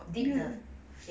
很 deep 的